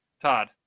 Todd